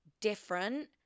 different